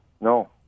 no